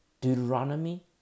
Deuteronomy